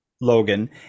Logan